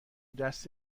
دست